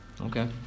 Okay